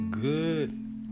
Good